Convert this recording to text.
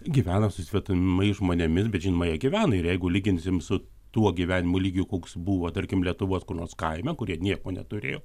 gyvena su svetimais žmonėmis bet žinoma jie gyvena ir jeigu lyginsim su tuo gyvenimo lygiu koks buvo tarkim lietuvos kur nors kaime kur jie nieko neturėjo